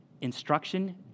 instruction